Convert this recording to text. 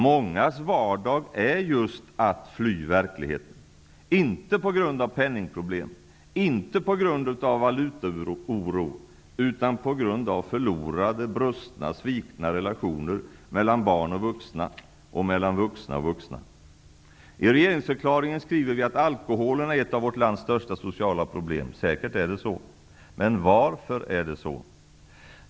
Mångas vardag är just att fly verkligheten, inte på grund av penningproblem, inte på grund av valutaoro, utan på grund av förlorade, brustna, svikna relationer mellan barn och vuxna, mellan vuxna och vuxna. I regeringsförklaringen skriver vi att alkoholen är ett av vårt lands största sociala problem. Säkert är det så. Men varför är det så?